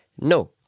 no